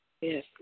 Yes